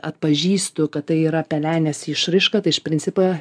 atpažįstu kad tai yra pelenės išraiška tai aš principą